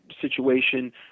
situation